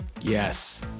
Yes